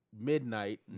midnight